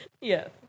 Yes